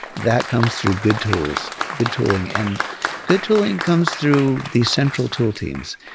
that comes through good tools, good tooling. and good tooling comes through the central tool teams.